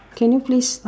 can you please